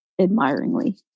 admiringly